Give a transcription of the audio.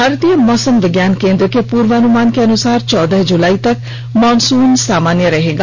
भारतीय मौसम विज्ञान केंद्र के पूर्वानुमान के अनुसार चौदह जुलाई तक मॉनसून सामान्य रहेगा